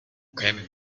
kämen